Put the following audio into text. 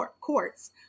courts